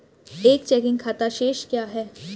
एक चेकिंग खाता शेष क्या है?